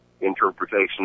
interpretation